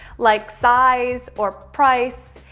like size or price,